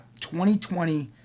2020